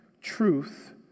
truth